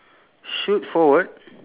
okay then